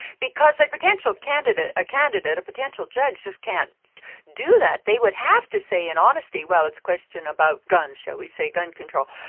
because a potential candidate, a candidate, a potential judge just can't do that. they would have to say in honesty, well, it's a question about guns, shall we say gun control.